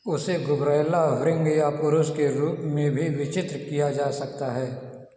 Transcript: उसे गुबरैला भृंग या पुरुष के रूप में भी विचित्र किया जा सकता है